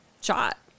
shot